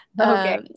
okay